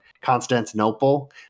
Constantinople